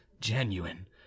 genuine